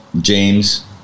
James